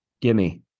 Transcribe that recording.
gimme